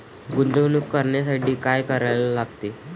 गुंतवणूक करण्यासाठी काय करायला लागते?